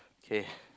okay